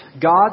God